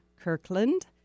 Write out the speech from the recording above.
Kirkland